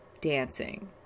dancing